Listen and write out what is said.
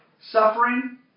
suffering